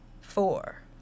four